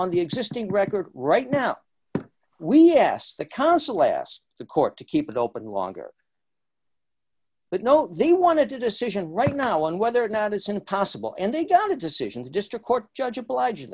on the existing record right now we asked the council last the court to keep it open longer but no they want to do decision right now on whether or not as soon as possible and they got a decision the district court judge obliged